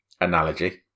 analogy